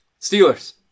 Steelers